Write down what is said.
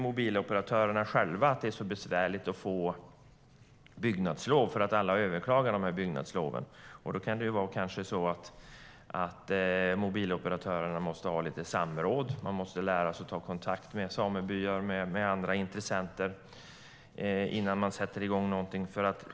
Mobiloperatörerna själva lyfter fram att det är besvärligt att få bygglov, eftersom alla överklagar besluten. Då kan det kanske vara så att mobiloperatörerna behöver ha samråd och lära sig att ta kontakt med samebyar och andra intressenter innan de sätter i gång någonting.